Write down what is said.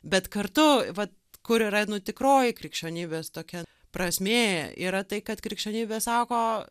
bet kartu vat kur yra nu tikroji krikščionybės tokia prasmė yra tai kad krikščionybė sako